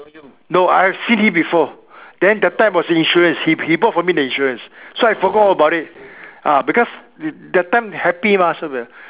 no I've seen him before then that time was the insurance he he bought from me the insurance so I forgot all about it ah because that time happy mah so